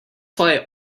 why